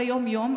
ביום-יום,